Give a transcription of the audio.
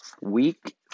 Week